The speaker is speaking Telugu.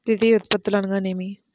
ద్వితీయ ఉత్పత్తులు అనగా నేమి?